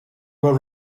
were